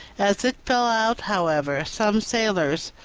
as it fell out, however, some sailors,